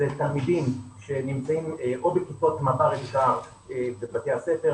תלמידים שנמצאים או בכיתות מב"ר --- בבתי הספר,